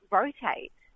rotate